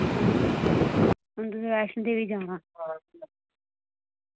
अच्छा हून वैष्णो देवी जाना